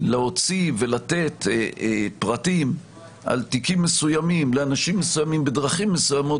להוציא ולתת פרטים על תיקים מסוימים לאנשים מסוימים בדרכים מסוימות